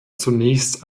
zunächst